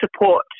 support